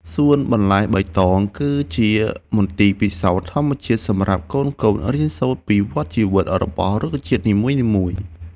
សួនបន្លែបៃតងគឺជាមន្ទីរពិសោធន៍ធម្មជាតិសម្រាប់កូនៗរៀនសូត្រពីវដ្តជីវិតរបស់រុក្ខជាតិនីមួយៗ។